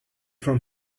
from